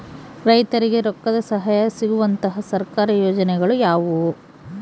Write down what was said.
ರೈತರಿಗೆ ರೊಕ್ಕದ ಸಹಾಯ ಸಿಗುವಂತಹ ಸರ್ಕಾರಿ ಯೋಜನೆಗಳು ಯಾವುವು?